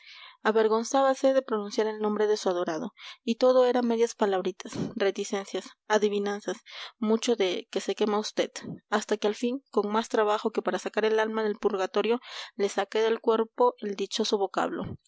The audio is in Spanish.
franqueza avergonzábase de pronunciar el nombre de su adorado y todo era medias palabritas reticencias adivinanzas mucho de que se quema usted hasta que al fin con más trabajo que para sacar alma del purgatorio la saqué del cuerpo el dichoso vocablo